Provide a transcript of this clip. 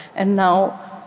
and now,